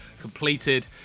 completed